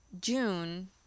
June